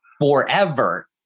forever